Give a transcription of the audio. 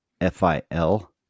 F-I-L